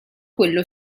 quello